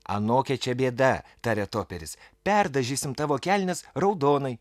anokia čia bėda tarė toperis perdažysim tavo kelnes raudonai